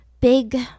big